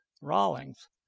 Rawlings